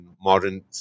modern